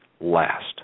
last